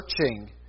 searching